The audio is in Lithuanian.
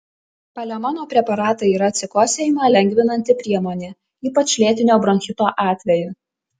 palemono preparatai yra atsikosėjimą lengvinanti priemonė ypač lėtinio bronchito atveju